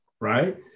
right